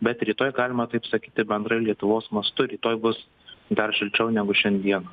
bet rytoj galima taip sakyti bendrai lietuvos mastu rytoj bus dar šilčiau negu šiandieną